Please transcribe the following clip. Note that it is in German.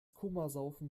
komasaufen